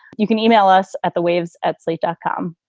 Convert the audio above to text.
you can e-mail us at the waves at slate dot com.